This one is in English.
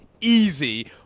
easy